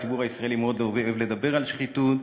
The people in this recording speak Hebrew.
הציבור הישראלי מאוד אוהב לדבר על שחיתות,